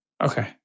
Okay